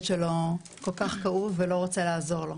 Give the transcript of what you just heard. שלו כל כך כאוב ולא רוצה לעזור לו,